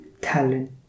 talent